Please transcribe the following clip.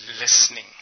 listening